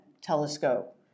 telescope